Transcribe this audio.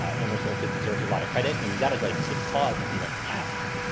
ah amherst also deserves a lot of credit and you gotta like, just pause and be like, yes,